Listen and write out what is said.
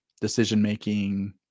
decision-making